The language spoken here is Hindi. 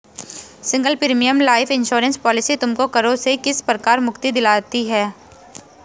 Single premium life insurance policy तुमको करों से किस प्रकार मुक्ति दिलाता है?